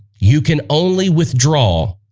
you can only withdraw